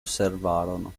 osservarono